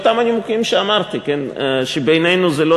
מאותם הנימוקים שאמרתי: שבעינינו זה לא